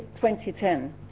2010